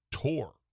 tour